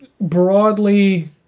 broadly